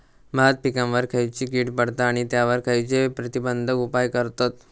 भात पिकांवर खैयची कीड पडता आणि त्यावर खैयचे प्रतिबंधक उपाय करतत?